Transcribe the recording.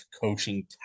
coaching